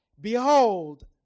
Behold